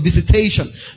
visitation